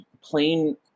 plain